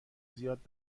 زیاد